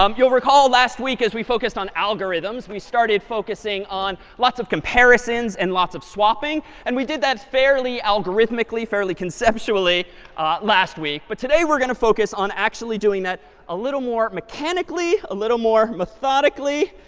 um you'll recall last week as we focused on algorithms, we started focusing on lots of comparisons and lots of swapping. and we did that fairly algorithmically, fairly conceptually last week. but today we're going to focus on actually doing that a little more mechanically, a little more methodically.